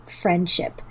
friendship